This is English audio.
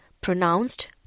pronounced